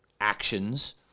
actions